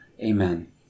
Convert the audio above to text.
amen